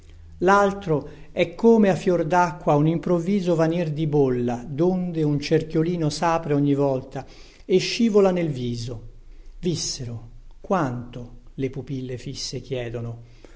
laltro e come a fior dacqua un improvviso vanir di bolla donde un cerchiolino sapre ogni volta e scivola nel viso vissero quanto le pupille fisse chiedono